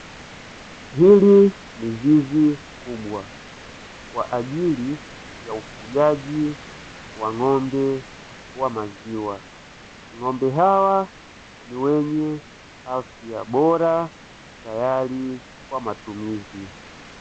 Hili ni zizi kubwa kwa ajili ya ufugaji wa ng’ombe wa maziwa ng’ombe hawa ni wenye afya bora, tayari kwa matumizi.